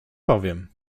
powiem